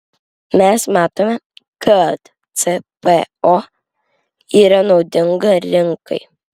mes matome kad cpo yra naudinga rinkai